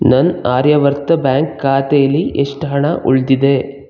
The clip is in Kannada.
ನನ್ನ ಆರ್ಯಾವರ್ತ ಬ್ಯಾಂಕ್ ಖಾತೇಲಿ ಎಷ್ಟು ಹಣ ಉಳಿದಿದೆ